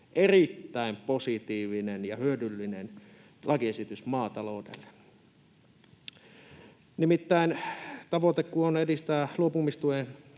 erittäin positiivinen ja hyödyllinen lakiesitys maataloudelle. Nimittäin tavoite on edistää luopumistuen